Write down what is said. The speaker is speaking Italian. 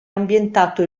ambientato